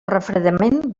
refredament